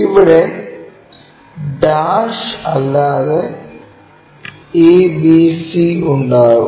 അവിടെ ഡാഷ് ' ഇല്ലാതെ a b c ഉണ്ടാകും